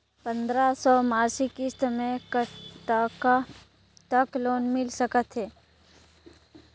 पंद्रह सौ मासिक किस्त मे कतका तक लोन मिल सकत हे?